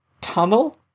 tunnel